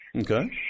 Okay